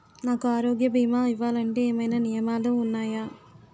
నాకు ఆరోగ్య భీమా ఇవ్వాలంటే ఏమైనా నియమాలు వున్నాయా?